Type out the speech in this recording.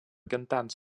cantants